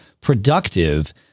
productive